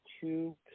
two